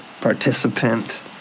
participant